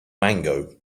mango